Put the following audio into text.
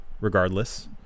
regardless